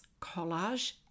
collage